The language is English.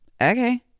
Okay